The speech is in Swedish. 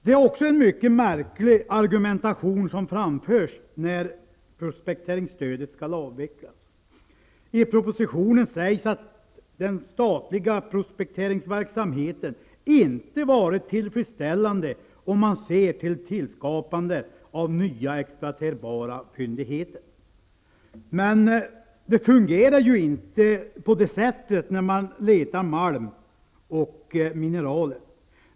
Det är också en mycket märklig argumentation som förs fram när prospekteringsstödet skall avvecklas. I propositionen sägs att den statliga prospekteringsverksamheten inte varit tillfredsställande om man ser till tillskapande av nya exploaterbara fyndigheter. Men det fungerar ju inte på det sättet när man letar malm och mineraler.